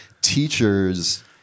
teachers